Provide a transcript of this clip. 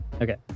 Okay